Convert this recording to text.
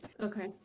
Okay